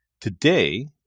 today